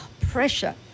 pressure